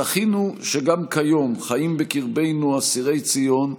זכינו שגם כיום חיים בקרבנו אסירי ציון,